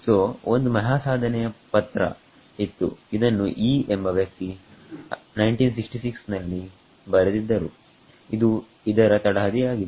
ಸೋಒಂದು ಮಹಾಸಾಧನೆಯ ಪತ್ರ ಇತ್ತು ಇದನ್ನು 'ಯೀ' ಎಂಬ ವ್ಯಕ್ತಿ 1966 ರಲ್ಲಿ ಬರೆದಿದ್ದರು ಇದು ಇದರ ತಳಹದಿಯಾಗಿದೆ